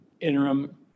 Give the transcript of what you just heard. interim